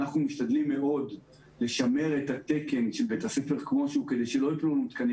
אנחנו משתדלים מאוד לשמר את התקן כפי שהוא כדי שלא יפלו לנו תקנים,